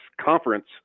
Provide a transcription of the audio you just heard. conference